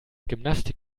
gymnastik